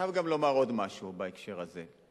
אבל אני חייב לומר עוד משהו בהקשר הזה.